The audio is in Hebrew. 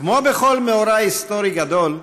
כמו בכל מאורע היסטורי גדול,